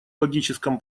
логическом